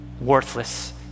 worthless